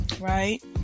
Right